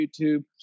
YouTube